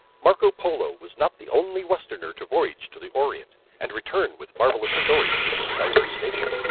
marco polo was not the only westerner to voyage to the orient and return with marvellous stories of this diverse nation,